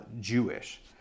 Jewish